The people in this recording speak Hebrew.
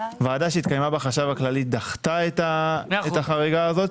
ועדה שהתקיימה אצל החשב הכללי דחתה את החריגה הזאת.